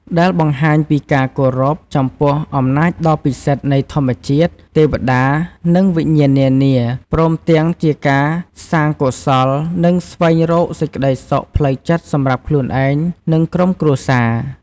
ដែលបង្ហាញពីការគោរពចំពោះអំណាចដ៏ពិសិដ្ឋនៃធម្មជាតិ ទេវតា និងវិញ្ញាណនានា ព្រមទាំងជាការសាងកុសល និងស្វែងរកសេចក្តីសុខផ្លូវចិត្តសម្រាប់ខ្លួនឯង និងក្រុមគ្រួសារ។